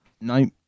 Nope